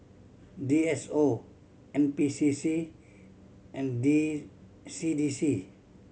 D S O N P C C and D C D C